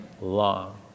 long